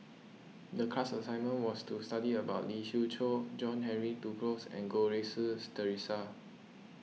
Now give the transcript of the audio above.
the class assignment was to study about Lee Siew Choh John Henry Duclos and Goh Rui Si theresa